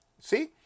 See